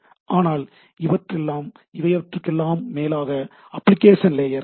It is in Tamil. ஆனால் இவையெல்லாவற்றிற்கும் மேலாக அப்ளிகேஷன் லேயர் உள்ளது